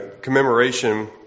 commemoration